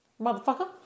motherfucker